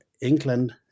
England